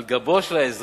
על גבו של האזרח,